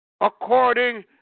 according